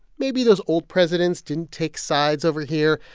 maybe those old presidents didn't take sides over here.